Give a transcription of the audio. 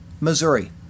Missouri